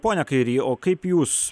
pone kairy o kaip jūs